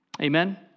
Amen